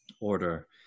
order